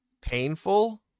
painful